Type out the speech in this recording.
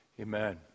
Amen